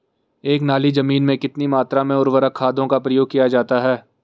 एक नाली जमीन में कितनी मात्रा में उर्वरक खादों का प्रयोग किया जाता है?